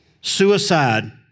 Suicide